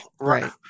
right